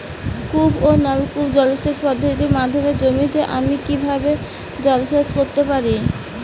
কূপ ও নলকূপ জলসেচ পদ্ধতির মাধ্যমে জমিতে আমি কীভাবে জলসেচ করতে পারি?